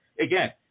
Again